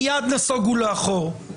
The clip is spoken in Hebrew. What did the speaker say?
נסוגו מיד לאחור.